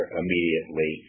immediately